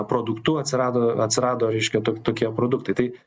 produktu atsirado atsirado reiškia tokie produktai tai